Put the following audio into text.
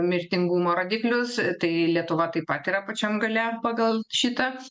mirtingumo rodiklius tai lietuva taip pat yra pačiam gale pagal šitą